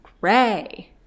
Gray